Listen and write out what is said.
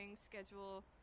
schedule